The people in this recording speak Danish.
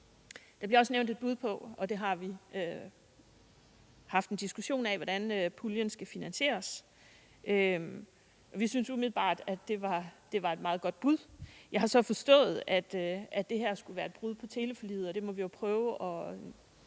Der bliver også nævnt et bud på, hvordan puljen skal finansieres, og det har vi haft en diskussion af. Vi synes umiddelbart, at det var et meget godt bud. Jeg har så forstået, at det her skulle være et brud på teleforliget, og det må vi jo prøve at